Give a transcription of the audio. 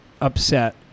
upset